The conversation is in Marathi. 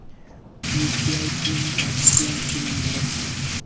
यू.पी.आय पिन हा किती अंकी नंबर असतो?